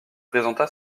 présenta